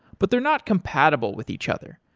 but they're not compatible with each other.